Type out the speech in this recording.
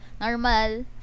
normal